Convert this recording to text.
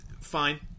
Fine